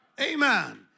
Amen